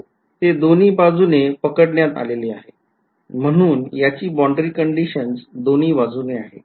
हो ते दोन्ही बाजूने पकडण्यात आलेले आहे म्हणून त्याची boundary conditions दोन्ही बाजूने आहे